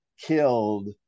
killed